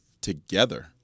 together